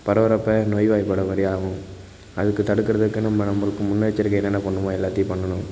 பரவுறப்ப நோய்வாய்ப்படுற மாதிரி ஆகும் அதுக்கு தடுக்கிறதுக்கு நம்ம நம்மளுக்கு முன்னெச்சரிக்கை என்னென்ன பண்ணுமோ எல்லாத்தையும் பண்ணணும்